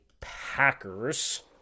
Packers